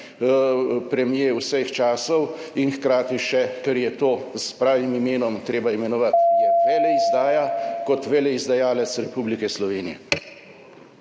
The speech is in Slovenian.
premier vseh časov in hkrati še, ker je to s pravim imenom treba imenovati veleizdaja, kot veleizdajalec Republike Slovenije.